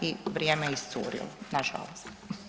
I vrijeme je iscurilo nažalost.